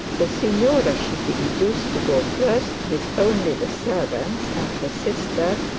the signora should be induced to go first, with only the servants and her sister,